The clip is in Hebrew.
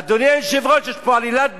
אדוני היושב-ראש, יש פה עלילת דם.